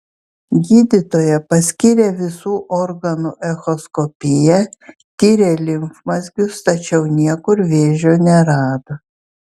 gydytoja paskyrė visų organų echoskopiją tyrė limfmazgius tačiau niekur vėžio nerado